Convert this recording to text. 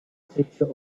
teacher